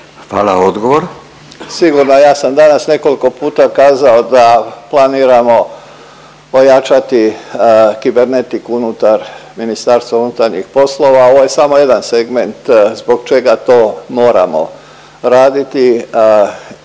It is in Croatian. Davor (HDZ)** Sigurno, ja sam danas nekoliko puta kazao da planiramo pojačati kibernetiku unutar Ministarstva unutarnjih poslova, ovo je samo jedan segment zbog čega to moramo raditi.